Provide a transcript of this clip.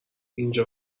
اینجا